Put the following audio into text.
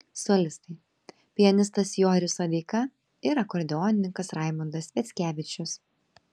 solistai pianistas joris sodeika ir akordeonininkas raimundas sviackevičius